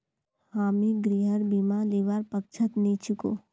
हामी गृहर बीमा लीबार पक्षत नी छिकु